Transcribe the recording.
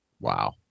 Wow